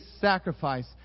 sacrifice